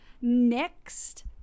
Next